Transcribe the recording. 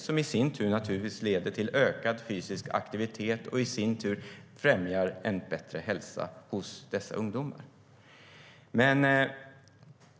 Detta i sin tur leder naturligtvis till ökad fysisk aktivitet, vilket i sin tur främjar en bättre hälsa hos dessa ungdomar.